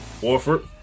Warford